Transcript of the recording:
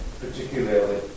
particularly